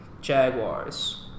Jaguars